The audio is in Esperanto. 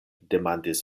demandis